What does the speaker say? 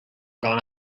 gone